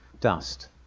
dust